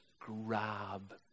grab